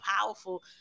powerful